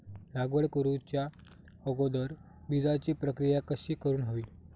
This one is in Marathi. लागवड करूच्या अगोदर बिजाची प्रकिया कशी करून हवी?